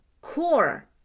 core